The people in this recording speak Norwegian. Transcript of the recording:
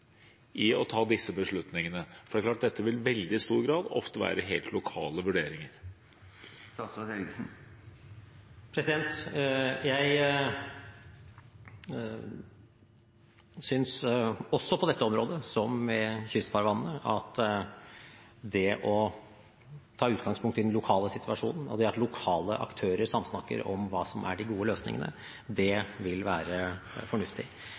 i å ta disse beslutningene, for dette vil i veldig stor grad ofte være helt lokale vurderinger? Jeg synes også på dette området, som med kystfarvannet, at det å ta utgangspunkt i den lokale situasjonen, det at lokale aktører samsnakker om hva som er de gode løsningene, vil være fornuftig.